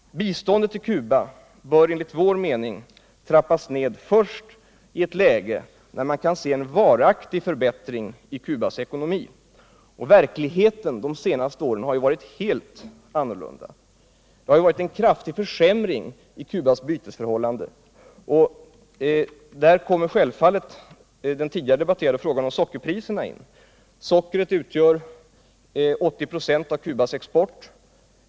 Biståndet till Cuba bör enligt vår mening trappas ned först i ett läge när man kan se en varaktig förbättring i Cubas ekonomi. Och verkligheten de senaste åren har varit helt annorlunda. Det har varit en kraftig försämring av Cubas bytesförhållanden. Och där kommer självfallet den tidigare debatterade frågan om sockerpriserna in. Socker utgör 80 96 av Cubas export.